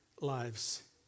lives